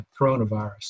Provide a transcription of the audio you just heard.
coronavirus